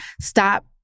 stop